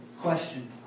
Question